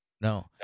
no